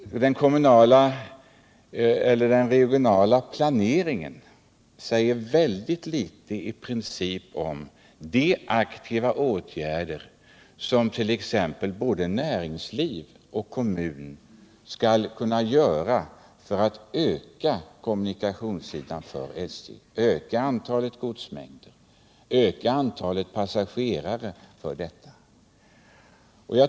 Den regionala planeringen säger väldigt litet om de aktiva åtgärder som både näringsliv och kommuner kan vidta för att öka SJ:s godsmängd och antalet passagerare.